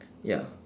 ya